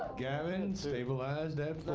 gavin and stabilized at